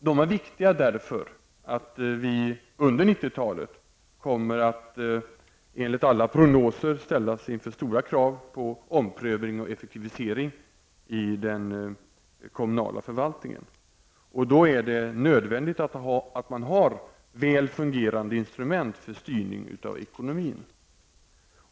Den är viktig därför att vi under 90-talet kommer att, enligt alla prognoser, ställas inför stora krav på omprövning och effektivisering i den kommunala förvaltningen. Då är det nödvändigt att ha väl fungerande instrument för styrning av ekonomin.